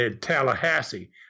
Tallahassee